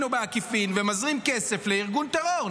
או בעקיפין ומזרים כסף לארגון טרור,